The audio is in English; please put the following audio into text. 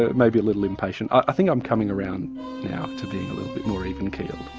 ah maybe a little impatient. i think i'm coming around now to being more even keel.